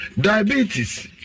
diabetes